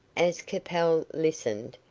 as capel listened,